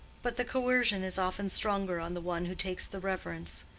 but the coercion is often stronger on the one who takes the reverence.